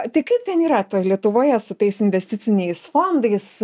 tai kaip ten yra lietuvoje su tais investiciniais fondais